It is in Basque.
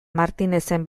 martinezen